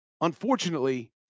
Unfortunately